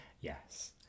yes